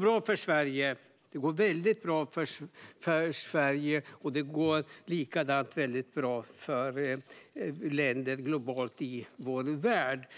Fru talman! Det går väldigt bra för Sverige. På samma sätt går det väldigt bra för andra länder i vår värld. År